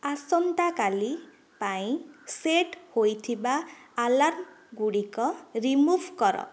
ଆସନ୍ତାକାଲି ପାଇଁ ସେଟ ହୋଇଥିବା ଆଲାର୍ମଗୁଡିକ ରିମୁଭ୍ କର